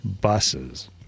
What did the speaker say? buses